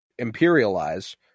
imperialize